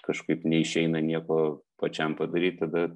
kažkaip neišeina nieko pačiam padaryt tada